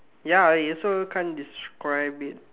ya I also can't describe it